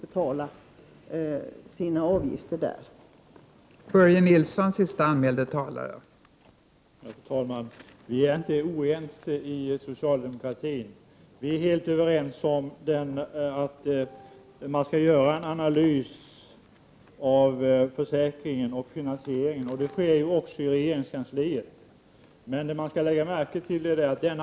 Jag yrkar bifall till reservation 3.